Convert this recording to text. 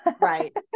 Right